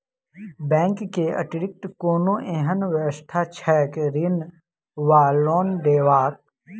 Bank केँ अतिरिक्त कोनो एहन व्यवस्था छैक ऋण वा लोनदेवाक?